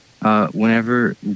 Whenever